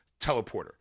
teleporter